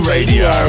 Radio